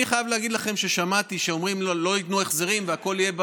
אני חייב להגיד לכם שכשמעתי שאומרים שלא ייתנו החזרים והכול יהיה,